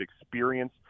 experience